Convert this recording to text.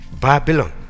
Babylon